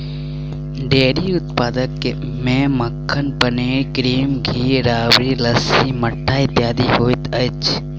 dairy उत्पाद मे मक्खन, पनीर, क्रीम, घी, राबड़ी, लस्सी, मट्ठा इत्यादि होइत अछि